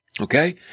Okay